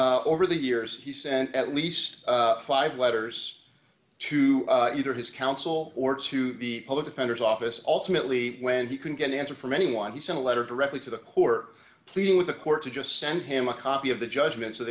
sent over the years he sent at least five letters to either his counsel or to the public defender's office ultimately when he can get an answer from anyone he sent a letter directly to the core pleading with the court to just send him a copy of the judgment